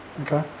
okay